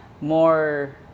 more